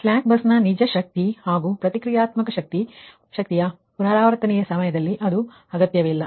slack bus ನ ನಿಜ ಶಕ್ತಿ ಹಾಗೂ ಪ್ರತಿಕ್ರಿಯಾತ್ಮಕ ಶಕ್ತಿ P𝐺1 ಮತ್ತು 𝑄𝐺1 ಯ ಪುನರಾವರ್ತನೆಯ ಸಮಯದಲ್ಲಿ ಅದು ಅಗತ್ಯವಿಲ್ಲ